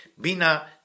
Bina